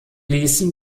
ließen